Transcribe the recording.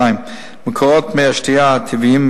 2. מקורות מי השתייה הטבעיים,